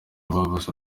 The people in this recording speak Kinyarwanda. babuze